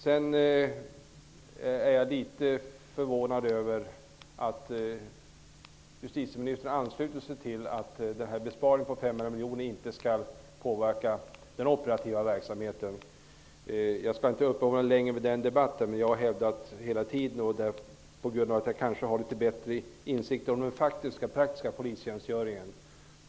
Jag är dock litet förvånad över att justitieministern ansluter sig till uppfattningen att besparingen på 500 miljoner inte skall påverka den operativa verksamheten. Jag skall inte uppehålla mig någon längre tid vid den debatten. Men jag har kanske litet bättre insikt om den praktiska polistjänstgöringen.